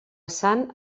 sant